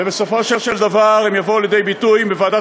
ובסופו של דבר הם יבואו לידי ביטוי בוועדת